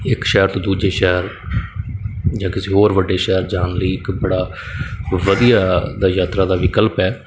ਇੱਕ ਸ਼ਹਿਰ ਤੋਂ ਦੂਜੇ ਸ਼ਹਿਰ ਜਾਂ ਕਿਸੇ ਹੋਰ ਵੱਡੇ ਸ਼ਹਿਰ ਜਾਣ ਲਈ ਇੱਕ ਬੜਾ ਵਧੀਆ ਦਾ ਯਾਤਰਾ ਦਾ ਵਿਕਲਪ ਹੈ